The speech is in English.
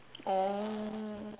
oh